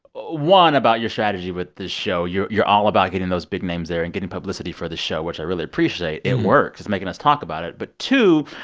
ah one, about your strategy with the show. you're all about getting those big names there and getting publicity for the show, which i really appreciate. it works. it's making us talk about it. but two,